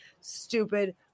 stupid